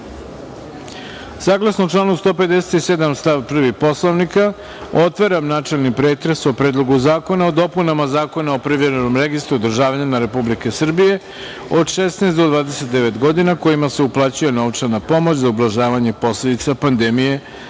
odbora. Saglasno članu 157. stav 1. Poslovnika, otvaram načelni pretres o Predlogu zakona o dopunama Zakona o privremenom registru državljana Republike Srbije od 16 do 29 godina, kojima se uplaćuje novčana pomoć za ublažavanje posledica pandemije